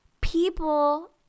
people